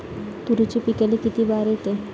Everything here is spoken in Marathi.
तुरीच्या पिकाले किती बार येते?